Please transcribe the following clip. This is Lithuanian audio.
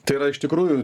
tai yra iš tikrųjų